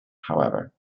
however